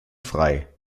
frei